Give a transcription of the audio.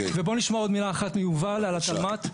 ובוא נשמע עוד מילה אחת מיובל על התלמ"ת.